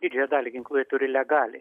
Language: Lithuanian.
didžiąją dalį ginklų jie turi legaliai